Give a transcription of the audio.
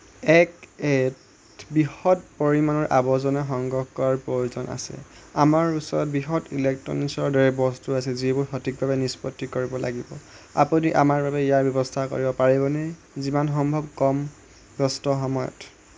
এক এত বৃহৎ পৰিমাণৰ আৱৰ্জনা সংগ্ৰহ কৰাৰ প্ৰয়োজন আছে আমাৰ ওচৰত বৃহৎ ইলেক্ট্ৰনিক্সৰ দৰে বস্তু আছে যিবোৰ সঠিকভাৱে নিষ্পত্তি কৰিব লাগিব আপুনি আমাৰ বাবে ইয়াৰ ব্যৱস্থা কৰিব পাৰিবনে যিমান সম্ভৱ কম ব্যস্ত সময়ত